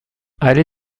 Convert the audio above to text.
allée